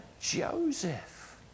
Joseph